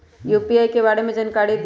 UPI के बारे में जानकारी दियौ?